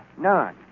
None